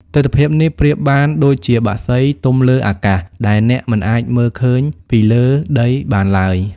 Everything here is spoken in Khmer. ទិដ្ឋភាពនេះប្រៀបបានដូចជាបក្សីទំលើអាកាស ដែលអ្នកមិនអាចមើលឃើញពីលើដីបានឡើយ។